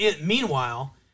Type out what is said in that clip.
Meanwhile